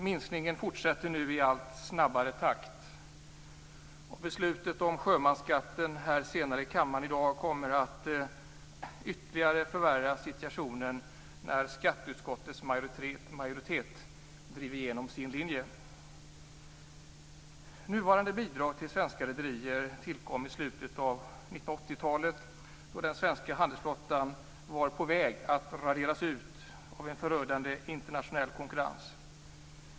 Minskningen fortsätter nu i allt snabbare takt. Beslutet om sjömansskatten här senare i kammaren i dag kommer att ytterligare förvärra situationen när skatteutskottets majoritet driver igenom sin linje. Nuvarande bidrag till svenska rederier tilkom i slutet av 1980-talet, då den svenska handelsflottan var på väg att raderas ut av en förödande internationell konkurrens.